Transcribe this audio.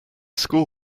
school